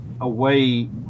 away